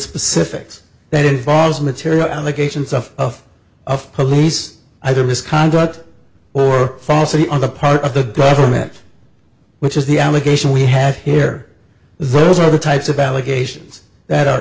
specifics that involves material allegations of of police either misconduct or falsity on the part of the government which is the allegation we have here those are the types of allegations that are